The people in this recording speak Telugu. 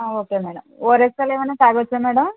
ఓకే మేడం ఓఆర్ఎస్ అలా ఏమైనా తాగ వచ్చా మేడం